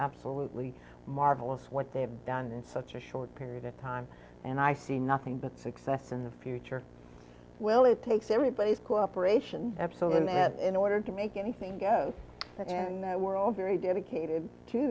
absolutely marvelous what they have done in such a short period of time and i see nothing but success in the future will it takes everybody's cooperation absalom and in order to make anything goes and we're all very dedicated to